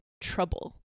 trouble